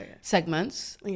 segments